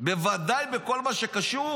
בוודאי בכל מה שקשור